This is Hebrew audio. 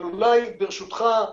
אבל ברשותך,